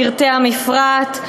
פרטי המפרט),